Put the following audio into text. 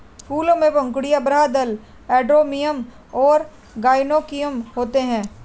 फूलों में पंखुड़ियाँ, बाह्यदल, एंड्रोमियम और गाइनोइकियम होते हैं